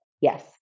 Yes